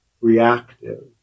reactive